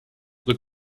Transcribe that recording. look